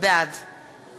בעד